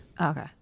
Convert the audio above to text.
Okay